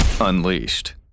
Unleashed